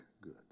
good